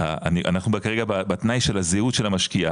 אנחנו כרגע בתנאי של הזהות של המשקיע,